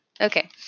Okay